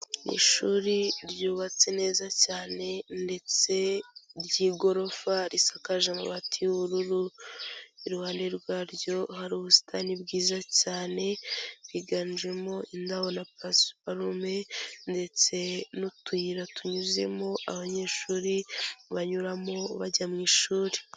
Ishuri ryubatse neza cyane ndetse ry'igorofa risakaje amabati y'ubururu, iruhande rwaryo hari ubusitani bwiza cyane higanjemo indabo na pasiparume ndetse n'utuyira tunyuzemo abanyeshuri banyuramo bajya mu ishuri.